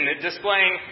displaying